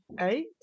eight